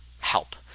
help